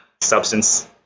Substance